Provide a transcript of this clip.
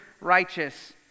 righteous